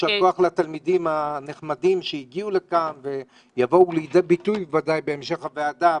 יישר כוח לתלמידים הנחמדים שהגיעו לכאן ויבואו לידי ביטוי בהמשך הוועדה,